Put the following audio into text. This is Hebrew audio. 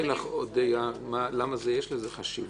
אני אגיד לך למה יש לזה חשיבות.